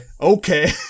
okay